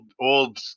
old